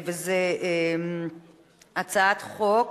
הצעת חוק.